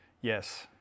Yes